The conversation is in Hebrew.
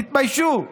תתביישו.